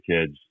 kids